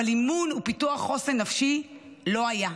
אבל אימון ופיתוח חוסן נפשי לא היה.